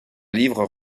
livres